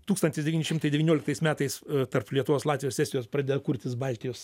tūkstantis devyni šimtai devynioliktais metais tarp lietuvos latvijos estijos pradeda kurtis baltijos